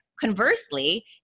conversely